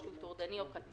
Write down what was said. או שהוא טורדני או קנטרני,